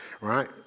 Right